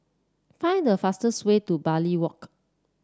find the fastest way to Bartley Walk